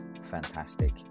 fantastic